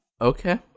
Okay